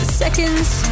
seconds